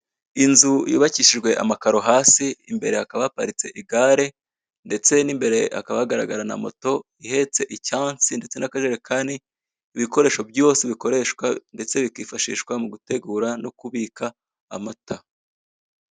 Inzu yubakishijwe amakaro hasi, imbere hakaba haparitse igare, ndetse imbere hakaba hagaragara na moto ihetse icyansi ndetse n'akajerekani, ibikoresho byose bikoreshwa ndetse bikifashishwa mu gutegura no kubika amata